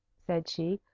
said she.